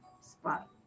spot